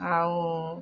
ଆଉ